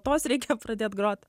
tos reikia pradėt grot